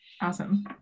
Awesome